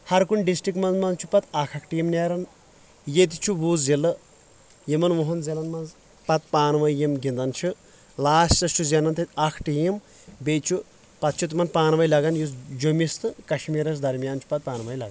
ہر کُنہِ ڈسٹرکٹ منٛز منٛز چھُ پتہٕ اکھ اکھ ٹیٖم نیران یتہِ چھِ وُہ ضلعہٕ یِمن وُہن ضلعن منٛز پتہٕ پانہٕ وٲنۍ یِم گنٛدان چھِ لاسٹس چھُ زینان تتہِ اکھ ٹیٖم بییٚہِ چھُ پتہٕ چھُ تِمن پانہٕ وٲنۍ لگان یُس جٔمِس تہٕ کشمیٖرس درمیان چھُ پتہٕ پانہٕ وٲنۍ لگان